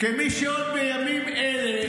כמי שבימים אלה